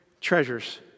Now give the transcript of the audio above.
treasures